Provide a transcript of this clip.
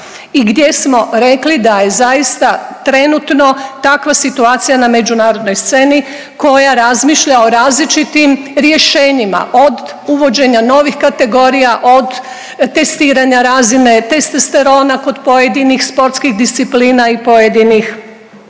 i gdje smo rekli da je zaista trenutno takva situacija na međunarodnoj sceni koja razmišlja o različitim rješenjima od uvođenja novih kategorija, od testiranja razine testosterona kod pojedinih sportskih disciplina i pojedinih